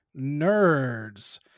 Nerds